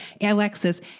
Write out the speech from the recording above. Alexis